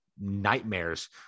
nightmares